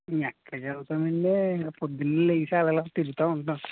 ఎక్కడికెళ్తామండీ పొద్దున్నే లెగిసి అలా అలా తిరుగుతూ ఉంటాం